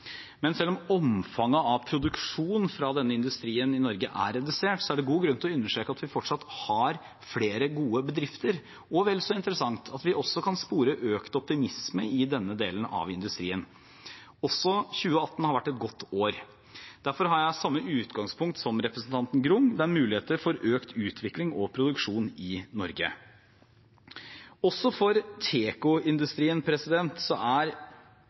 Men selv om omfanget av produksjonen fra denne industrien i Norge er redusert, er det god grunn til å understreke at vi fortsatt har flere gode bedrifter, og – vel så interessant – at vi også kan spore økt optimisme i denne delen av industrien. Også 2018 har vært et godt år. Derfor har jeg samme utgangspunkt som representanten Ruth Grung – det er muligheter for økt utvikling og produksjon i Norge. Også for